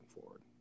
forward